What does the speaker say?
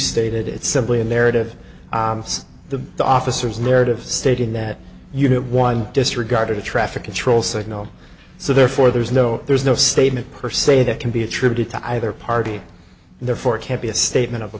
stated it's simply a narrative it's the officers narrative stating that you know one disregarded the traffic control signal so therefore there's no there's no statement per se that can be attributed to either party and therefore can't be a statement of a